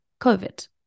COVID